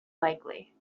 likely